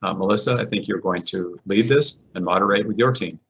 um melissa, i think you're going to lead this and moderate with your team.